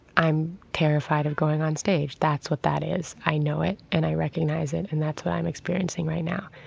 i'm terrified of going on stage. stage. that's what that is. i know it and i recognize it and that's what i'm experiencing right now.